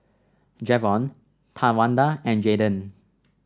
Javon Tawanda and Jaiden